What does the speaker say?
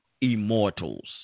immortals